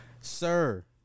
Sir